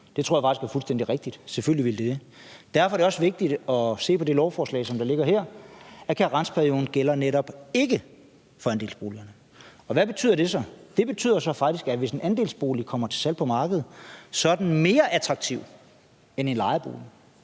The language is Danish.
Det tror jeg faktisk er fuldstændig rigtigt; selvfølgelig ville det det. Derfor er det også vigtigt at se på det lovforslag, som der ligger her, hvoraf det fremgår, at karensperioden netop ikke gælder i forhold til andelsboligerne. Og hvad betyder det så? Det betyder så faktisk, at hvis en andelsbolig kommer til salg på markedet, er den mere attraktiv end en lejebolig,